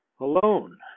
alone